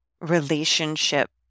relationship